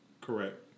Correct